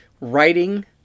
writing